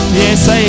yes